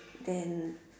then